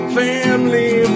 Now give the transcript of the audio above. family